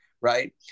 right